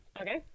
Okay